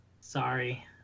sorry